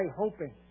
hoping